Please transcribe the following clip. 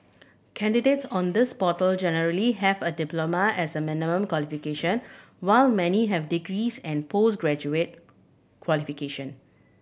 candidates on this portal generally have a diploma as a minimum qualification while many have degrees and post graduate qualification